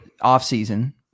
off-season